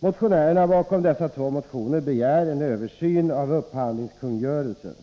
Motionärerna bakom dessa två motioner begär en översyn av upphandlingskungörelsen.